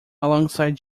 alongside